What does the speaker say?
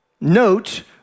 Note